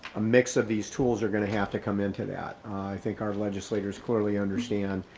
a mix of these tools are gonna have to come into that. i think our legislators clearly understand,